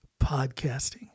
podcasting